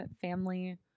family